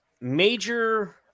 major